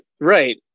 right